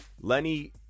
Lenny